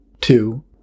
Two